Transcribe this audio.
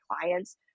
clients